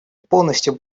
полностью